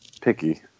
picky